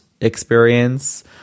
experience